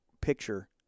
picture